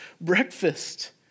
breakfast